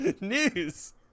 News